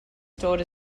stored